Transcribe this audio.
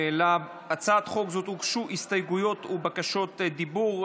להצעת החוק הזאת הוגשו הסתייגויות ובקשות דיבור.